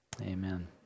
Amen